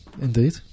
indeed